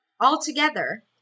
altogether